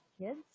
kids